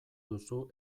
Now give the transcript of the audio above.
duzu